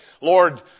Lord